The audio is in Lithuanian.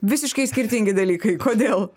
visiškai skirtingi dalykai kodėl